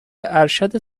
ارشد